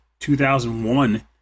2001